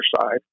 side